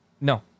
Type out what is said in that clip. No